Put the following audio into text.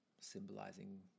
symbolizing